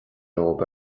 romhaibh